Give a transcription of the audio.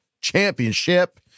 championship